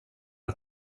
att